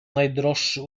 najdroższy